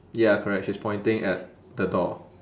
ya correct she's pointing at the door